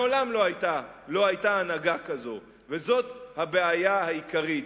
מעולם לא היתה הנהגה כזאת, וזאת הבעיה העיקרית.